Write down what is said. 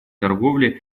торговли